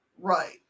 Right